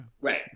Right